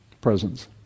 presence